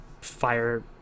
fire